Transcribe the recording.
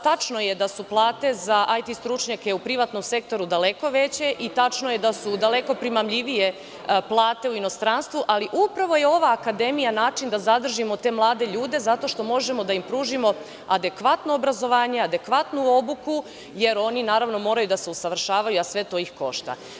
Tačno je da su plate za IT stručnjake u privatnom sektoru daleko veće i tačno je da su daleko primamljivije plate u inostranstvu, ali upravo je ova akademija način da zadržimo te mlade ljude zato što možemo da im pružimo adekvatno obrazovanje, adekvatnu obuku, jer oni naravno moraju da se usavršavaju, a sve to ih košta.